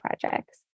projects